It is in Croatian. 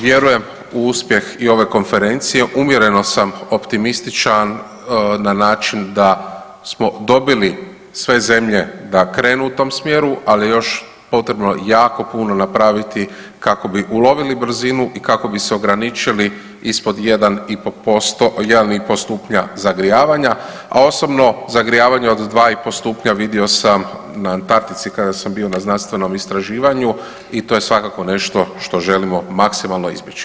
Vjerujem u uspjeh i ove Konferencije, umjereno sam optimističan na način da smo dobili sve zemlje da krenu u tom smjeru, ali je još potrebno jako puno napraviti kako bi ulovili brzinu i kako bi se ograničili ispod 1,5%, 1,5 stupnja zagrijavanja, a osobno zagrijavanje od 2,5 stupnja vidio sam na Antartici kada sam bio na Znanstvenom istraživanju i to je svakako nešto što želimo maksimalno izbjeći.